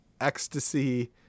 ecstasy